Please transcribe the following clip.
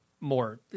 more